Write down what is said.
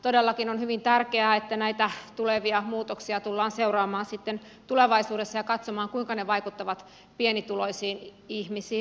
todellakin on hyvin tärkeää että näitä tulevia muutoksia tullaan seuraamaan tulevaisuudessa ja katsotaan kuinka ne vaikuttavat pienituloisiin ihmisiin